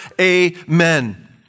Amen